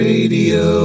Radio